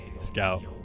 Scout